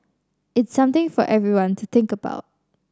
it's something for everyone to think about